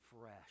fresh